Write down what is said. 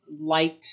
light